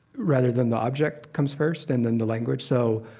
rather than the object comes first and then the language. so,